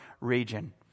region